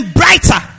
brighter